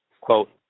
quote